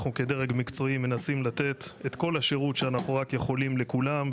אנחנו כדרג מקצועי מנסים לתת את כל השירות שאנחנו רק יכולים לכולם,